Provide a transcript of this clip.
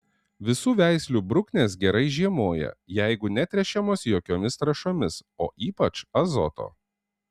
visų veislių bruknės gerai žiemoja jeigu netręšiamos jokiomis trąšomis o ypač azoto